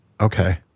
okay